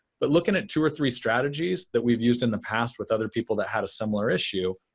but looking at two or three strategies that we've used in the past with other people that have a similar issue,